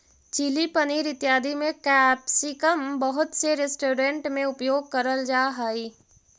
chilli paneer इत्यादि में capsicum बहुत से रेस्टोरेंट में उपयोग करल जा हई